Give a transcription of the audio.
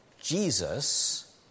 Jesus